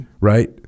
Right